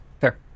Fair